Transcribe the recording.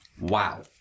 Wow